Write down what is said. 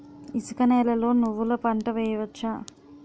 ఇసుక నేలలో నువ్వుల పంట వేయవచ్చా?